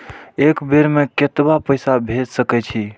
एक बेर में केतना पैसा भेज सके छी?